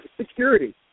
security